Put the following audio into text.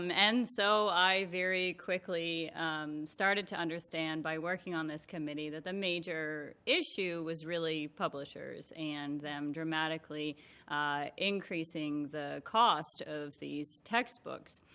um and so i very quickly started to understand by working on this committee that the major issue was really publishers and them dramatically increasing the cost of these textbooks.